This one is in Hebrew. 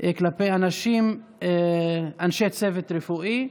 כלפי אנשי צוות רפואי),